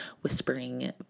whispering